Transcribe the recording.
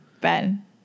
Ben